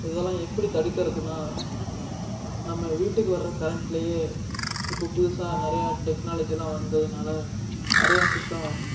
இதெல்லாம் எப்படி தடுக்கறதுன்னா நம்ம வீட்டுக்கு வர கரண்ட்லையே இப்போ புதுசாக நிறையா டெக்னாலஜிலாம் வந்ததுனால நிறையா சிஸ்டம்